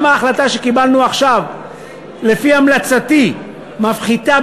גם ההחלטה שקיבלנו עכשיו לפי המלצתי מפחיתה